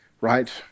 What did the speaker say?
Right